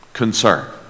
concern